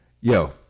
yo